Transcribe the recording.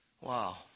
Wow